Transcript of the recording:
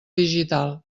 digital